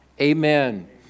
Amen